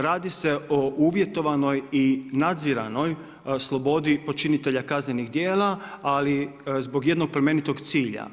Radi se o uvjetovanoj i nadziranoj slobodi počinitelja kaznenih dijela, ali zbog jednog plemenitog cilja.